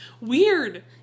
weird